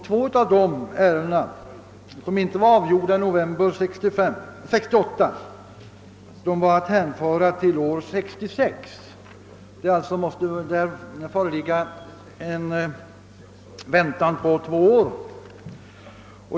Två av de ärenden, som inte var avgjorda i november 1968, var att hänföra till år 1966. Där föreligger det alltså en väntan på två år.